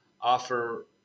offer